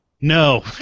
No